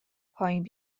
پایین